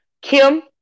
Kim